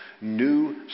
new